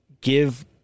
give